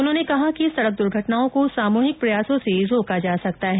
उन्होंने कहा कि सड़क दुर्घटनाओं को सामूहिक प्रयासों से रोका जा सकता है